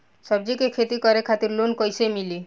सब्जी के खेती करे खातिर लोन कइसे मिली?